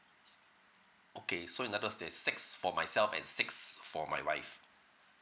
okay so another days six for myself and six for my wife